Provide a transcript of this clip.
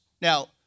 Now